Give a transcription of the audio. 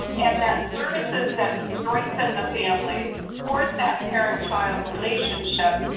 um and that services that strengthen the family, support that parent-child relationship,